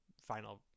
final